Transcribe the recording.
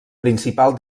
principal